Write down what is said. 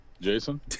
Jason